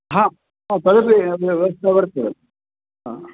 हा हौ तदपि व्यवस्था वर्तते हा